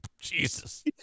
Jesus